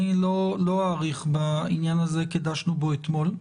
לא אאריך בעניין הזה, כי דשנו בו אתמול.